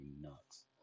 nuts